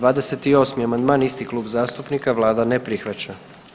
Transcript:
28. amandman, isti klub zastupnika, Vlada ne prihvaća.